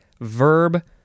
verb